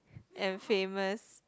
and famous